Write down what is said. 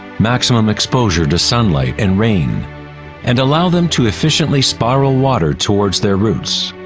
maximum exposure to sunlight and rain and allow them to efficiently spiral water towards their roots.